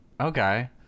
Okay